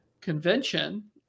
convention